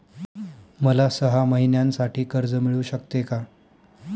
मला सहा महिन्यांसाठी कर्ज मिळू शकते का?